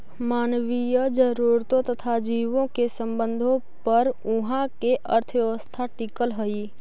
मानवीय जरूरतों तथा जीवों के संबंधों पर उहाँ के अर्थव्यवस्था टिकल हई